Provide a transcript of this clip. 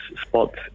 spots